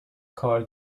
کار